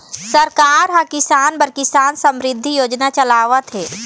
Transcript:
सरकार ह किसान बर किसान समरिद्धि योजना चलावत हे